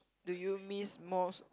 do you miss most